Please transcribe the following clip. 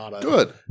Good